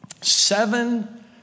Seven